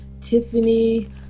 tiffany